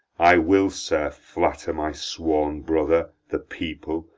i will, sir, flatter my sworn brother, the people,